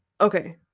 Okay